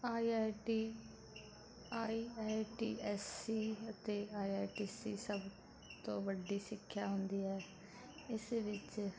I I T I I T S E ਅਤੇ I I T C ਸਭ ਤੋਂ ਵੱਡੀ ਸਿੱਖਿਆ ਹੁੰਦੀ ਹੈ ਇਸ ਵਿੱਚ